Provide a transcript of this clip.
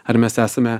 ar mes esame